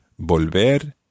volver